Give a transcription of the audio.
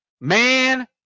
Man